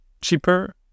cheaper